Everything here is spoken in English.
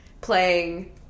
playing